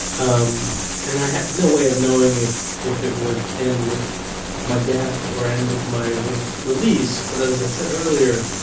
um and i had no way of knowing if if it would end with my death or end with my release, but as i said earlier,